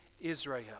Israel